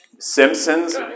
Simpsons